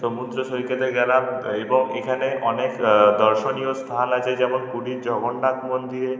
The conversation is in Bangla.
সমুদ্র সৈকতে গেলাম এবং এখানে অনেক দর্শনীয় স্থান আছে যেমন পুরীর জগন্নাথ মন্দিরে